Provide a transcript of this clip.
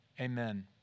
Amen